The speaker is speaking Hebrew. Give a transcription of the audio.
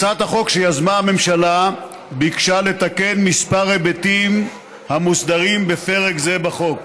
הצעת החוק שיזמה הממשלה ביקשה לתקן כמה היבטים המוסדרים בפרק זה בחוק.